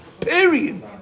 Period